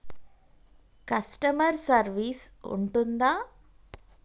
Customer service ఉంటుందా?